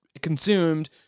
consumed